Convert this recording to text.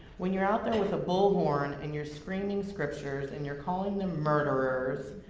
when you're out there with a bullhorn, and you're screaming scriptures, and you're calling them murderers,